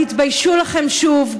תתביישו לכם שוב,